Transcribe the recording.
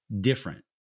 different